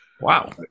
wow